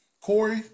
Corey